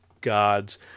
gods